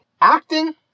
acting